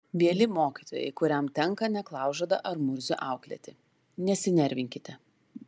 mieli mokytojai kuriam tenka neklaužadą ar murzių auklėti nesinervinkite